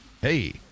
hey